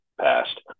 passed